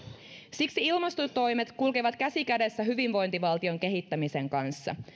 siksi ilmastotoimet kulkevat käsi kädessä hyvinvointivaltion kehittämisen kanssa